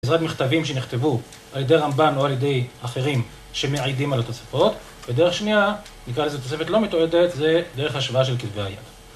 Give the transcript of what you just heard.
בעזרת מכתבים שנכתבו על ידי רמב"ן או על ידי אחרים שמעידים על התוספות, ודרך שנייה, נקרא לזה תוספת לא מתועדת, זה דרך השוואה של כתבי היד